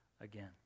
again